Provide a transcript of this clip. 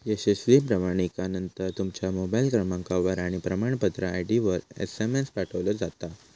यशस्वी प्रमाणीकरणानंतर, तुमच्या मोबाईल क्रमांकावर आणि प्रमाणपत्र आय.डीवर एसएमएस पाठवलो जाता